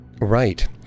Right